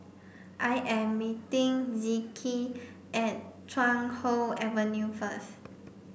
I am meeting Zeke at Chuan Hoe Avenue first